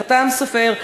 החת"ם סופר,